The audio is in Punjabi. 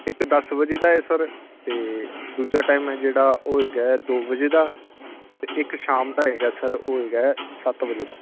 ਇੱਕ ਦਸ ਵਜੇ ਦਾ ਹੈ ਸਰ ਅਤੇ ਦੂਜਾ ਟੈਮ ਹੈ ਜਿਹੜਾ ਉਹ ਹੈਗਾ ਹੈ ਦੋ ਵਜੇ ਦਾ ਅਤੇ ਇੱਕ ਸ਼ਾਮ ਦਾ ਹੈਗਾ ਸਰ ਉਹ ਹੈਗਾ ਹੈ ਸੱਤ ਵਜੇ ਦਾ